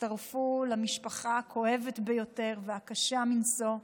הצטרפו למשפחה הכואבת ביותר, הקשה מנשוא,